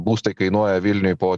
būstai kainuoja vilniuj po